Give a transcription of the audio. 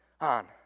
on